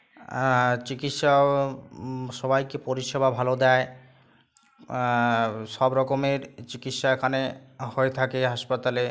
চিকিৎসাও সবাইকে পরিষেবা ভালো দেয় সব রকমের চিকিৎসা এখানে হয়ে থাকে হাসপাতালে